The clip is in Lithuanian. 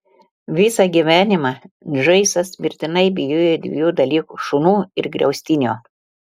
visą gyvenimą džoisas mirtinai bijojo dviejų dalykų šunų ir griaustinio